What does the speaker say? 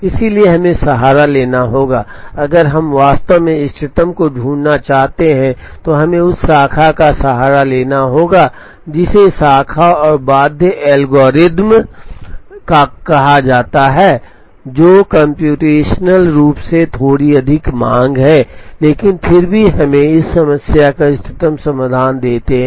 इसलिए हमें सहारा लेना होगा अगर हम वास्तव में इष्टतम को ढूंढना चाहते हैं तो हमें उस शाखा का सहारा लेना होगा जिसे शाखा और बाध्य एल्गोरिदम कहा जाता है जो कम्प्यूटेशनल रूप से थोड़ी अधिक मांग है लेकिन फिर भी हमें समस्या का इष्टतम समाधान देते हैं